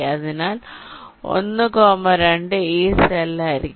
അതിനാൽ 1 കോമ 2 ഈ സെൽ ആയിരിക്കും